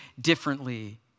differently